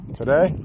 today